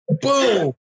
Boom